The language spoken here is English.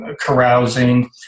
carousing